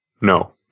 No